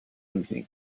anything